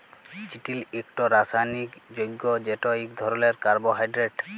চিটিল ইকট রাসায়লিক যগ্য যেট ইক ধরলের কার্বোহাইড্রেট